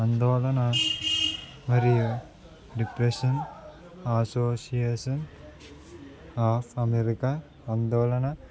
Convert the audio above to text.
అందోళన మరియు depression association of America ఆందోళన